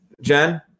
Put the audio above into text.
Jen